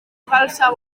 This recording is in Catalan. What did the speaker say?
falsa